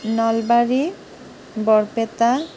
Nalbari Barpeta